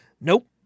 Nope